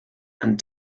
and